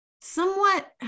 somewhat